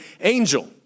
angel